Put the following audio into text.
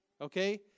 okay